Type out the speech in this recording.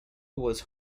was